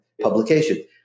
publication